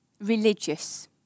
religious